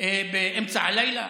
באמצע הלילה?